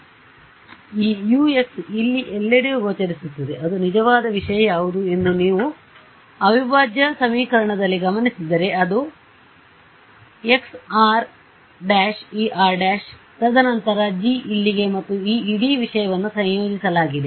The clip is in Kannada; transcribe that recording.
ಆದ್ದರಿಂದ ಈ U x ಇಲ್ಲಿ ಎಲ್ಲೆಡೆಯೂ ಗೋಚರಿಸುತ್ತದೆ ಅದು ನಿಜವಾದ ವಿಷಯ ಯಾವುದು ಎಂದು ನೀವು ಅವಿಭಾಜ್ಯ ಸಮೀಕರಣದಲ್ಲಿ ಗಮನಿಸಿದರೆ ಅದು χ r ′ E r ′ ತದನಂತರ G ಇಲ್ಲಿಗೆ ಮತ್ತು ಈ ಇಡೀ ವಿಷಯವನ್ನು ಸಂಯೋಜಿಸಲಾಗಿದೆ